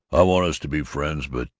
i want us to be friends but,